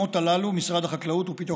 לנוכח המגמות הללו משרד החקלאות ופיתוח